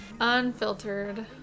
Unfiltered